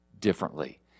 differently